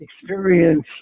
experience